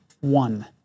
one